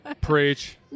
Preach